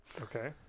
Okay